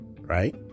right